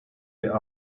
der